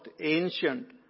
ancient